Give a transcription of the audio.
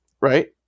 right